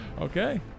Okay